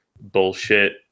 bullshit